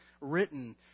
written